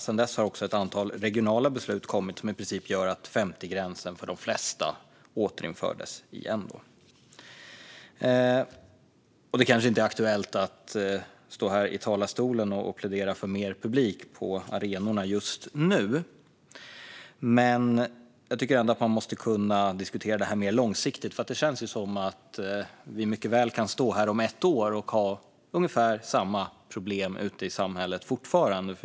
Sedan dess har det kommit ett antal regionala beslut, vilket gör att 50-gränsen i princip har återinförts för de flesta. Det är kanske inte aktuellt att stå här i talarstolen och plädera för mer publik på arenorna just nu. Men man måste kunna diskutera det här ur ett mer långsiktigt perspektiv. Vi kan mycket väl stå här om ett år och ha ungefär samma problem i samhället.